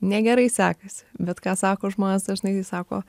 negerai sekasi bet ką sako žmonės dažnai sako